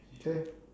okay